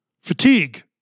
Fatigue